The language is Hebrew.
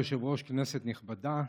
כבוד היושב-ראש, כנסת נכבדה,